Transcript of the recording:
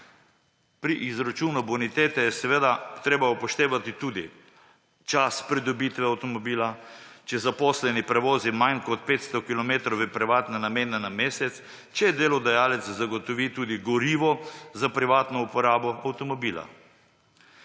Pri izračunu bonitete je seveda treba upoštevati tudi čas pridobitve avtomobila, če zaposleni prevozi manj kot 500 kilometrov v privatne namene na mesec, če delodajalec zagotovi tudi gorivo za privatno uporabo avtomobila.